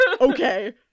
Okay